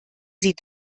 sie